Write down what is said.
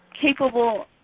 capable